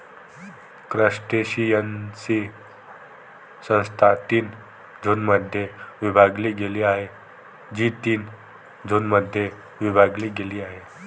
क्रस्टेशियन्सची संस्था तीन झोनमध्ये विभागली गेली आहे, जी तीन झोनमध्ये विभागली गेली आहे